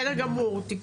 בסדר גמור, תיקון מצוין.